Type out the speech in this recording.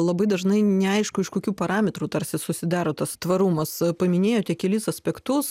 labai dažnai neaišku iš kokių parametrų tarsi susidaro tas tvarumas paminėjote kelis aspektus